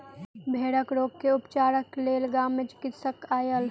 भेड़क रोग के उपचारक लेल गाम मे चिकित्सक आयल